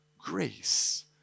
grace